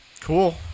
cool